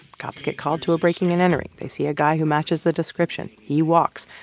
cops get called to a breaking and entering. they see a guy who matches the description. he walks.